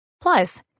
Plus